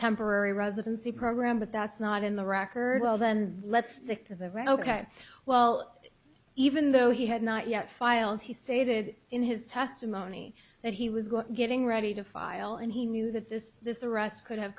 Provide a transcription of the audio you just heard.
temporary residency program but that's not in the record well then let's stick to the read ok well even though he had not yet filed he stated in his testimony that he was going getting ready to file and he knew that this this arrest could have